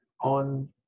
on